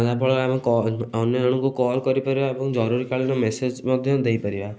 ଯାହା ଫଳରେ ଆମର କଲ୍ ଅନ୍ୟଜଣଙ୍କୁ କଲ୍ କରିପାରିବା ଏବଂ ଜରୁରୀକାଳୀନ ମେସେଜ୍ ମଧ୍ୟ ଦେଇପାରିବା